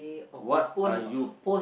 what are you